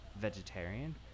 vegetarian